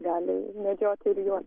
gali medžioti ir juos